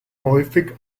häufig